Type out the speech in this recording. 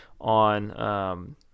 on